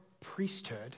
priesthood